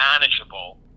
manageable